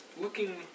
Looking